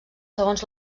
segons